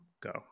go